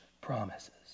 promises